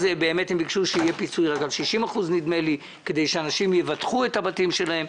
אז ביקשו שיהיה פיצוי לדעתי של 60% כדי שאנשים יבטחו את הבתים שלהם.